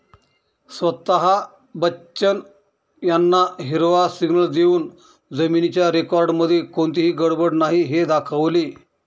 स्वता बच्चन यांना हिरवा सिग्नल देऊन जमिनीच्या रेकॉर्डमध्ये कोणतीही गडबड नाही हे दाखवले